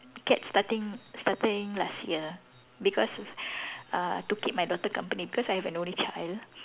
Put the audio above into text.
cats starting starting last year because uh to keep my daughter company because I've an only child